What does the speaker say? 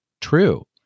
True